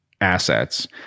assets